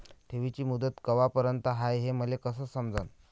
ठेवीची मुदत कवापर्यंत हाय हे मले कस समजन?